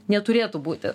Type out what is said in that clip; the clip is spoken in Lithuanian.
neturėtų būti